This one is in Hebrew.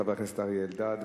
חבר הכנסת אריה אלדד,